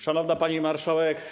Szanowna Pani Marszałek!